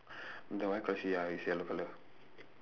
the white colour shoe ya is yellow color